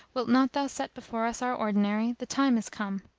wilt not thou set before us our ordinary? the time is come.